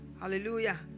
hallelujah